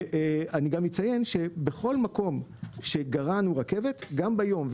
אני גם אציין שבכל מקום שגרענו רכבת גם ביום,